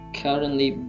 currently